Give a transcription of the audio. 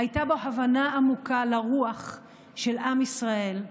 הייתה בו הבנה עמוקה לרוח של עם ישראל,